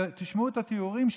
תשמעו את התיאורים שלו.